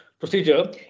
Procedure